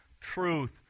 truth